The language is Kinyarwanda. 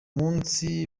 munsi